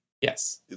Yes